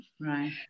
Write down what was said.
Right